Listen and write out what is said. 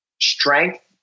strength